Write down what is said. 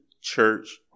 church